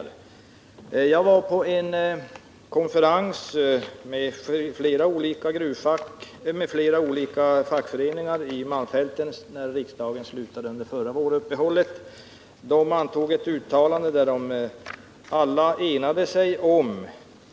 När riksdagen slutade efter förra årets vårsession var jag på en konferens med flera olika fackföreningar i Malmfälten. De antog ett uttalande där alla enades om